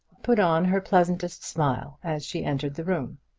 put on her pleasantest smile as she entered the room.